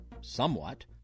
somewhat